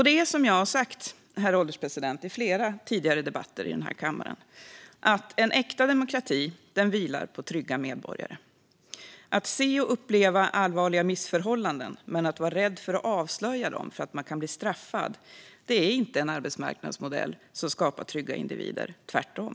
Det är, herr ålderspresident, som jag har sagt i flera tidigare debatter i denna kammare: En äkta demokrati vilar på trygga medborgare. Att se och uppleva allvarliga missförhållanden men vara rädd för att avslöja dem för att man kan bli straffad är inte en arbetsmarknadsmodell som skapar trygga individer - tvärtom.